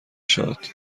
شاد